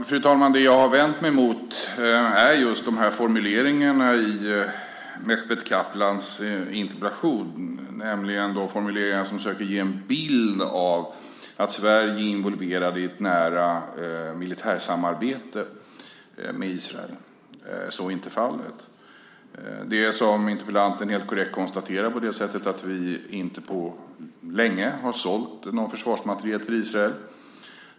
Fru talman! Det jag vänt mig mot är de formuleringar i Mehmet Kaplans interpellation som just söker ge en bild av att Sverige är involverat i ett nära militärsamarbete med Israel. Så är inte fallet. Vi har, som interpellanten helt korrekt konstaterar, inte på länge sålt någon försvarsmateriel till Israel.